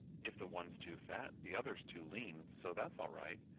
if the one's too fat, the other's too lean so that's all right.